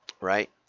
right